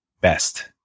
best